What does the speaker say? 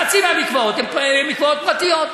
חצי מהמקוואות הם מקוואות פרטיים,